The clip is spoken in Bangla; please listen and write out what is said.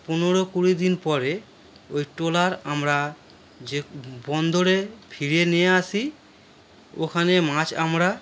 পনেরো কুড়ি দিন পরে ওই ট্রলার আমরা যে বন্দরে ফিরিয়ে নিয়ে আসি ওখানে মাছ আমরা